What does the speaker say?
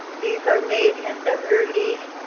these are made in the early